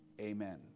amen